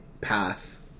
path